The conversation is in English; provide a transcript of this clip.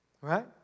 Right